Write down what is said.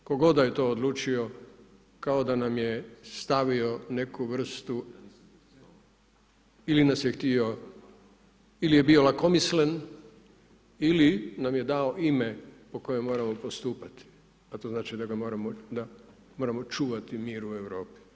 Tko god da je to odlučio, kao da nam je stavio neku vrstu ili nas je htio ili je bio lakomislen ili nam je dao ime po kojem moramo postupati a to znači da ga moramo, da moramo čuvati mir u Europi.